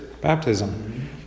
baptism